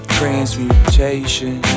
transmutation